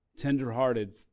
Tenderhearted